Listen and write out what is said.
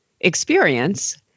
experience